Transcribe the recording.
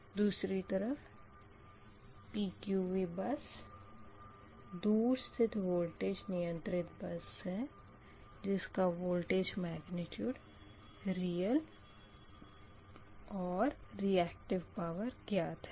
और दूसरी तरफ़ PQV बस दूर स्थित वोल्टेज नियंत्रित बस है जिसका वोल्टेज मग्निट्यूड रियल और रीयक्टिव पावर ज्ञात है